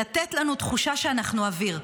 לתת לנו תחושה שאנחנו אוויר.